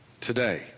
today